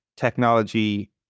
technology